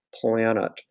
planet